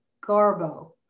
Garbo